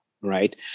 Right